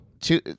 two